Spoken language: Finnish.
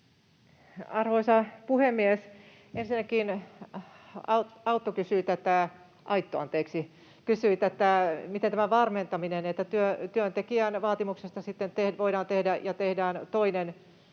Arvoisa puhemies! Ensinnäkin Autto kysyi tätä, miten tämä varmentaminen käy: työntekijän vaatimuksesta sitten voidaan tehdä, ja tehdään, toinen testi